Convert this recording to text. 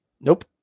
nope